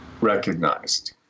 recognized